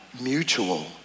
mutual